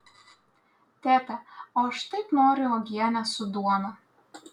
tėte o aš taip noriu uogienės su duona